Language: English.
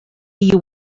you